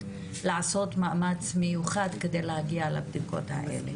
לעשות מאמץ מיוחד כדי להגיע לבדיקות האלה.